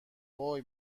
هووی